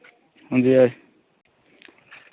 जी